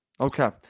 Okay